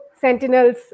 Sentinel's